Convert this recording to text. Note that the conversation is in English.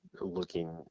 looking